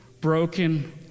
broken